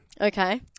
Okay